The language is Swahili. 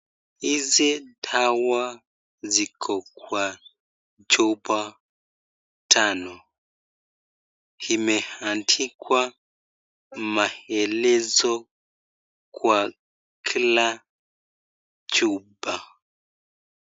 Hizi dawa ziko kwa chupa tano, imeandikwa maelezo kwa kila chupa.